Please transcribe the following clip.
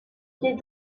pieds